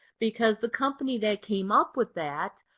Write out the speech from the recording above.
because the company that came up with that,